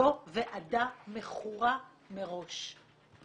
זו ועדה מכורה מראש.